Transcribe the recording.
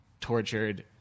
tortured